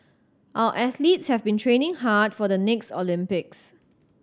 our athletes have been training hard for the next Olympics